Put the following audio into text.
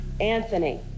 Anthony